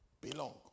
belong